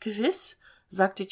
gewiß sagte